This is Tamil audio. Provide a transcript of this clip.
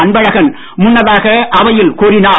அன்பழகன் முன்னதாக அவையில் கூறினார்